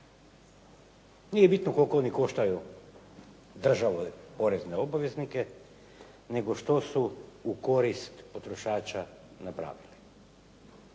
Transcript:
Nije bitno koliko oni koštaju državu i porezne obaveznike, nego što su u korist potrošača napravili.